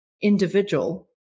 individual